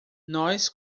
nós